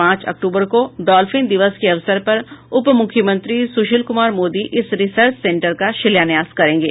पांच अक्टूबर को डाल्फिन दिवस के अवसर पर उपमुख्यमंत्री सुशील कुमार मोदी इस रिसर्च सेंटर का शिलान्यास करेंगे